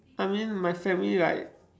I mean my family like